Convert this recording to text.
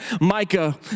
Micah